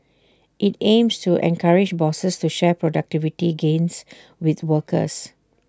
IT aims to encourage bosses to share productivity gains with workers